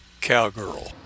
Cowgirl